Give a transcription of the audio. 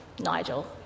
Nigel